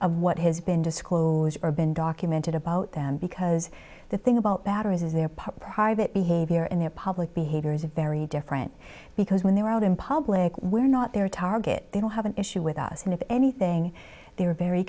of what has been disclosed or been documented about them because the thing about batteries is their private behavior and their public behavior is very different because when they're out in public we're not their target they don't have an issue with us and if anything they were very